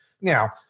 Now